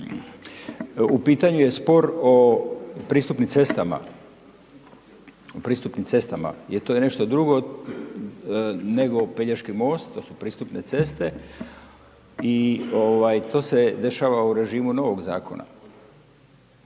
u pitanju je spor o pristupnim cestama, o pristupnim cestama jer to je nešto drugo nego Pelješki most, to su pristupne ceste i to se dešava u režimu novog zakona.